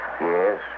Yes